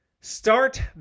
start